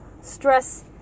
Stress